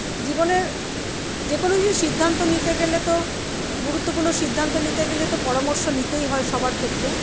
জীবনে যেকোনো কিছুর সিদ্ধান্ত নিতে গেলে তো গুরুত্বপূর্ণ সিদ্ধান্ত নিতে গেলে তো পরামর্শ নিতেই হয় সবার ক্ষেত্রে